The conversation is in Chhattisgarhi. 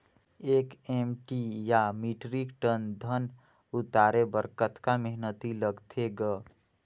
एक एम.टी या मीट्रिक टन धन उतारे बर कतका मेहनती लगथे ग?